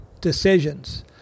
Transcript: decisions